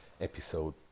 episode